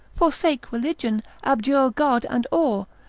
forsake religion, abjure god and all,